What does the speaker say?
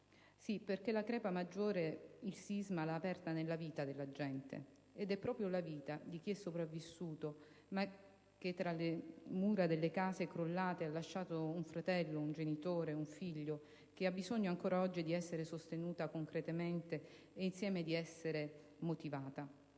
Sì, perché la crepa maggior il sisma l'ha aperta nella vita della gente; ed è proprio la vita di chi è sopravvissuto ma che, tra le mura delle case crollate, ha lasciato un fratello, un genitore, un figlio, che ha bisogno di essere sostenuta concretamente e, insieme, di essere motivata.